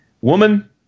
woman